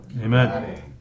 Amen